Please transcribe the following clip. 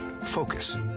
focus